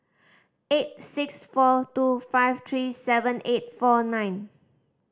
eight six four two five three seven eight four nine